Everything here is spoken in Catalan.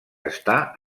està